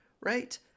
right